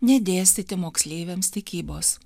nedėstyti moksleiviams tikybos